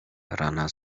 rana